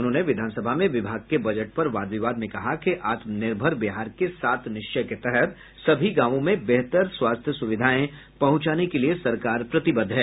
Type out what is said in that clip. उन्होंने विधानसभा में विभाग के बजट पर वाद विवाद में कहा कि आत्मनिर्भर बिहार के सात निश्चय के तहत सभी गांवों में बेहतर स्वास्थ्य सुविधाएं पहुंचाने के लिए सरकार प्रतिबद्ध है